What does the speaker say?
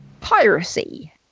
piracy